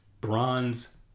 bronze